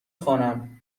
خوانم